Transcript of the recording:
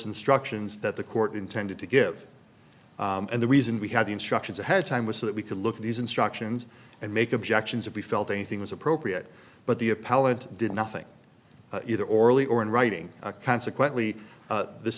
instructions that the court intended to give and the reason we had the instructions ahead of time was so that we could look at these instructions and make objections if we felt anything was appropriate but the appellant did nothing either orally or in writing consequently this